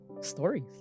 stories